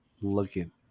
looking